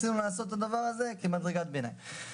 רצינו לעשות את הדבר הזה כמדרגת ביניים.